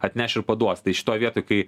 atneš ir paduos tai šitoj vietoj kai